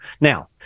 Now